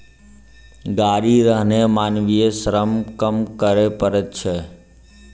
गाड़ी रहने मानवीय श्रम कम करय पड़ैत छै